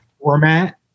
format